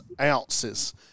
ounces